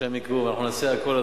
ואנחנו נעשה הכול,